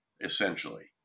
essentially